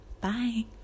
bye